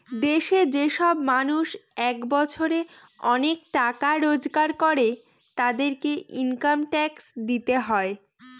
দেশে যে সব মানুষ এক বছরে অনেক টাকা রোজগার করে, তাদেরকে ইনকাম ট্যাক্স দিতে হয়